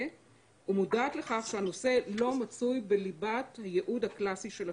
ומודעת לכך שהנושא לא מצוי בליבת הייעוד הקלסי של השב"כ.